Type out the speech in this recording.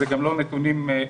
זה גם לא נתונים שלנו.